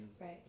Right